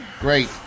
Great